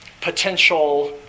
potential